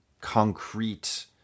concrete